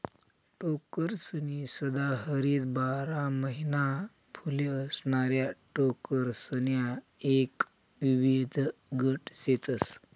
टोकरसनी सदाहरित बारा महिना फुले असणाऱ्या टोकरसण्या एक विविध गट शेतस